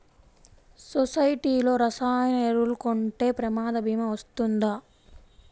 సొసైటీలో రసాయన ఎరువులు కొంటే ప్రమాద భీమా వస్తుందా?